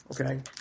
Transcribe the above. Okay